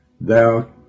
thou